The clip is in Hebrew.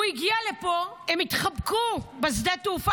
הוא הגיע לפה, הם התחבקו בשדה התעופה.